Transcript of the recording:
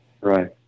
Right